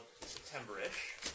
September-ish